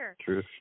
True